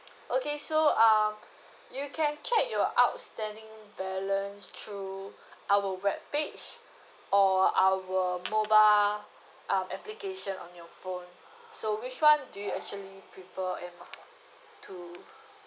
okay so um you can check your outstanding balance through our web page or our mobile um application on your phone so which one do you actually prefer and to